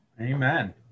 Amen